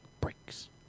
breaks